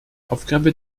aufgabe